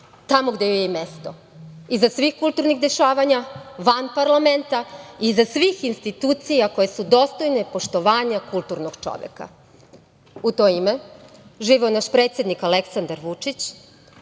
tamo gde joj je mesto, iza svih kulturnih dešavanja, van parlamenta i iza svih institucija koje su dostojne poštovanja kulturnog čoveka.U to ime, živeo naš predsednik Aleksandar Vučić,